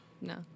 No